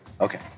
okay